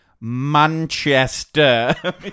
Manchester